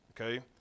Okay